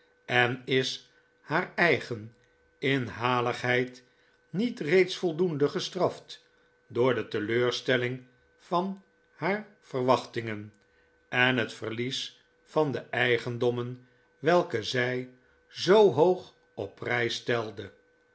en is haar eigen inhaligheid niet reeds voldoende gestraft door de teleurstelling van haar verwachtingen en het verlies van de eigendoromen welke zij zoo hoog op prijs stelde